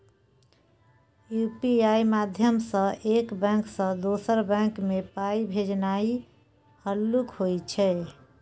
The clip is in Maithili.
यु.पी.आइ माध्यमसँ एक बैंक सँ दोसर बैंक मे पाइ भेजनाइ हल्लुक होइ छै